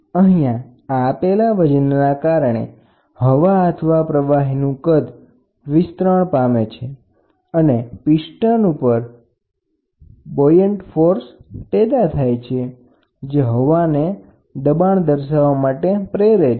તો અહીંયા આપેલા વજનના કારણે હવા અથવા પ્રવાહીનું કદ વિસ્તરણ પામે છે અને પિસ્ટન ઉપર બોયન્ટ ફોર્સ પેદા થાય છે જે ગેસને દબાણ દર્શાવવા માટે પ્રેરે છે